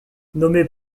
nommé